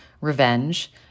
Revenge